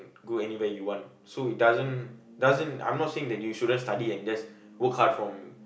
go anywhere you want so it doesn't doesn't I'm not saying that you shouldn't study and just work hard from